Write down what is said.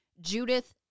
Judith